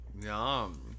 Yum